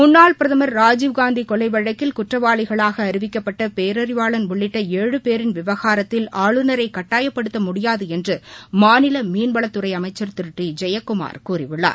முன்னாள் பிரதமர் ராஜீவ்காந்தி கொலை வழக்கில் குற்றவாளிகளாக அறிவிக்கப்பட்ட பேரறிவாளன் உள்ளிட்ட ஏழு பேரின் விவகாரத்தில் ஆளுநரை கட்டாயப்படுத்த முடியாது என்று மாநில மீன்வளத்துறை அமைச்சர் திரு டி ஜெயக்குமார் கூறியுள்ளார்